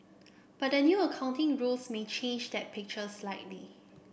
but new accounting rules may change that picture slightly